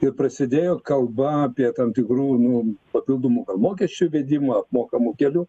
ir prasidėjo kalba apie tam tikrų nu papildomų gal mokesčių įvedimą apmokamų kelių